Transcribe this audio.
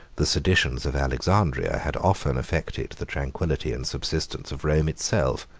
the seditions of alexandria had often affected the tranquillity and subsistence of rome itself.